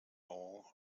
all